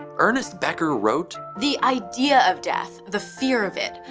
ernest becker wrote the idea of death, the fear of it,